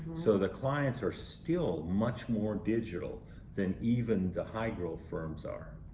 so the clients are still much more digital than even the high-growth firms are.